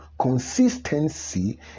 consistency